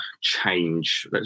change